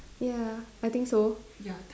ya I think so ya